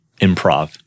improv